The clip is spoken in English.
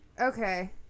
Okay